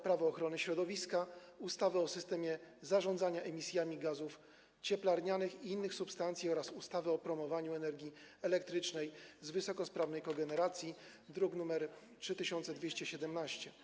Prawo ochrony środowiska, ustawę o systemie zarządzania emisjami gazów cieplarnianych i innych substancji oraz ustawę o promowaniu energii elektrycznej z wysokosprawnej kogeneracji, druk nr 3217.